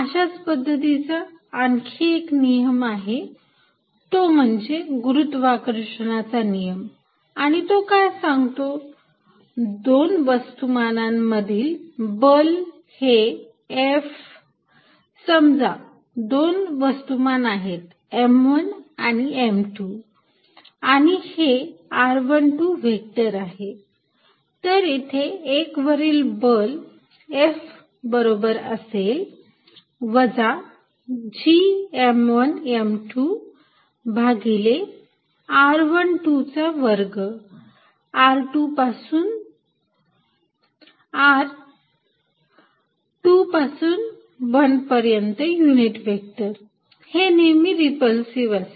अशाच पद्धतीचा आणखी एक नियम आहे तो म्हणजे गुरुत्वाकर्षणाचा नियम आणि तो काय सांगतो दोन वस्तुमानांमधील बल हे F समजा ते दोन वस्तुमान आहेत m१ आणि m२ आणि हे r१२ व्हेक्टर आहे तर इथे १ वरील बल F बरोबर असेल वजा G m१ m२ भागिले r१२ चा वर्ग r २ पासून १ पर्यंत युनिट व्हेक्टर हे नेहमी रिपल्सिव असेल